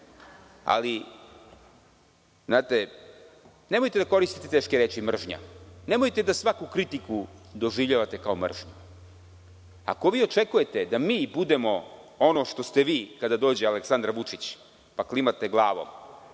Ali, znate, nemojte da koristite teške reči – mržnja. Nemojte da svaku kritiku doživljavate kao mržnju. Ako očekujete da mi budemo ono što ste vi kada dođe Aleksandar Vučić, pa klimate glavom